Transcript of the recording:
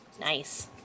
Nice